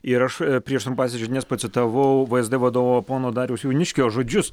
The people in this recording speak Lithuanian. ir aš prieš trumpąsias žinias pacitavau vsd vadovo pono dariaus jauniškio žodžius